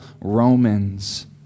Romans